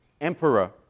emperor